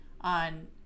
on